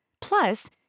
Plus